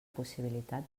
possibilitat